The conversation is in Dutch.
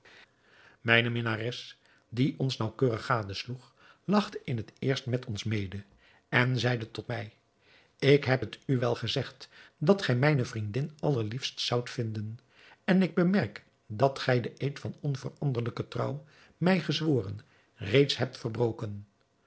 mijne minnares die ons naauwkeurig gadesloeg lachte in het eerst met ons mede en zeide tot mij ik heb het u wel gezegd dat gij mijne vriendin allerliefst zoudt vinden en ik bemerk dat gij den eed van onveranderlijke trouw mij gezworen reeds hebt verbroken